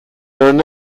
there